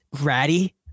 ratty